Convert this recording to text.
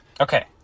Okay